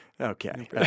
Okay